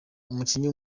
umukinnyi